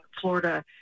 Florida